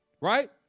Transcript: right